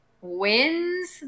wins